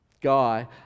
guy